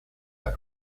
had